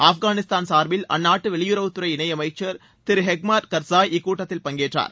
ஆப்கானிஸ்தான் சார்பில் அந்நாட்டு வெளியுறவுத்துறை இணையமைச்சர் திரு ஹெக்மாரட்ட கர்சாய் இக்கூட்டத்தில் பங்கேற்றார்